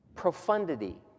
Profundity